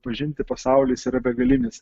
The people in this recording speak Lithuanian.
pažinti pasaulį jis yra begalinis